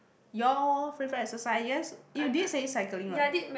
your favorite exercise yes you did say cycling right